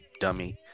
dummy